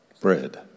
bread